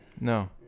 No